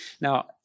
Now